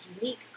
unique